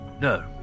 No